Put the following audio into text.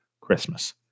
Christmas